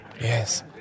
Yes